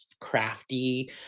crafty